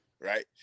right